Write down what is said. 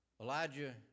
Elijah